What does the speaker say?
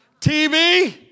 TV